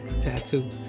tattoo